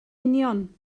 union